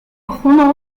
begonnen